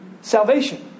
salvation